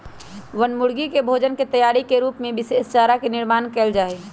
बनमुर्गी के भोजन के तैयारी के रूप में विशेष चारा के निर्माण कइल जाहई